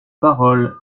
paroles